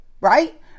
right